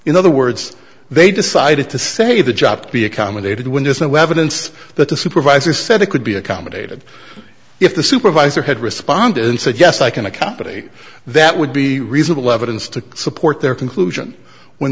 in other words they decided to say the job to be accommodated when there's no evidence that the supervisor said it could be accommodated if the supervisor had responded and said yes i can accompany that would be reasonable level and stick support their conclusion when